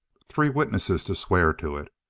three witnesses to swear to it.